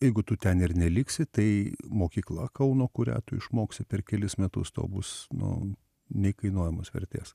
jeigu tu ten ir neliksi tai mokykla kauno kurią tu išmoksi per kelis metus tau bus nu neįkainojamos vertės